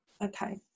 Okay